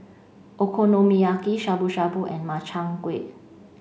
Okonomiyaki Shabu shabu and Makchang Gui